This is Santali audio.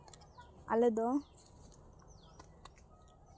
ᱟᱞᱮ ᱫᱚ